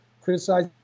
criticize